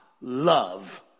love